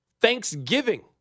Thanksgiving